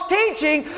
teaching